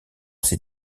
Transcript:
ces